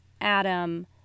adam